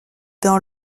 dans